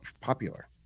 popular